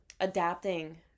adapting